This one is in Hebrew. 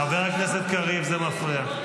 חבר הכנסת קריב, זה מפריע.